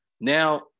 Now